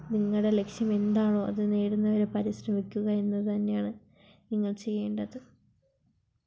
നിങ്ങളുടെ ലക്ഷ്യം എന്താണോ അത് നേടുന്നതുവരെ പരിശ്രമിക്കുക എന്നത് തന്നെയാണ് നിങ്ങൾ ചെയ്യേണ്ടത്